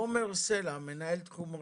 עומר סלע, מנהל תחום רכב,